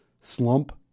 slump